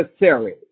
necessary